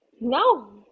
No